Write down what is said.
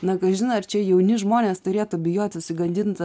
na kažin ar čia jauni žmonės turėtų bijot susigadint